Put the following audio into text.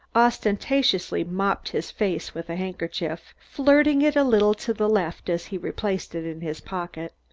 ostentatiously mopped his face with a handkerchief, flirting it a little to the left as he replaced it in his pocket.